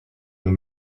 nous